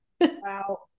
Wow